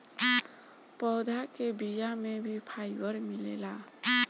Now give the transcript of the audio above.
पौधा के बिया में भी फाइबर मिलेला